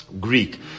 Greek